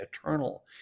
eternal